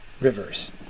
rivers